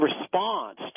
response